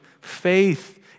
faith